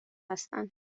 هستن